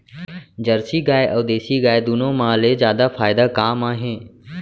Jersey गाय अऊ देसी गाय दूनो मा ले जादा फायदा का मा हे?